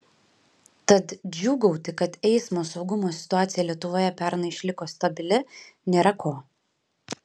tad džiūgauti kad eismo saugumo situacija lietuvoje pernai išliko stabili nėra ko